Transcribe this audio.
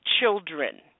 children